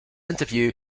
interview